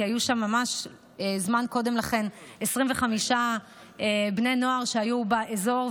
כי ממש קודם לכן היו שם 25 בני נוער באזור,